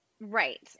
right